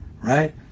right